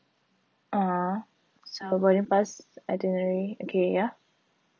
(uh huh) so boarding pass itinerary okay ya